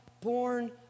born